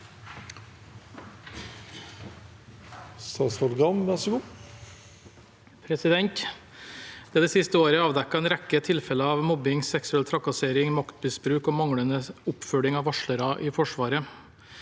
Det er det siste året avdekket en rekke tilfeller av mobbing, seksuell trakassering, maktmisbruk og manglende oppfølging av varslere i Forsvaret.